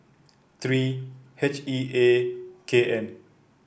three H E A K N